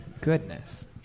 goodness